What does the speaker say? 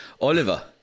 Oliver